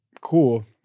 cool